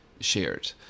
shared